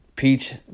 Peach